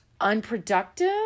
unproductive